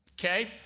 Okay